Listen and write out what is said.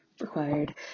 required